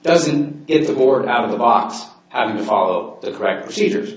doesn't it the board out of the box having to follow the correct procedures